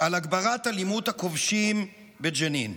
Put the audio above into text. על הגברת אלימות הכובשים בג'נין,